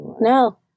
No